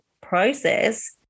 process